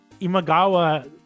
Imagawa